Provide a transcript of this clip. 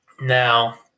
Now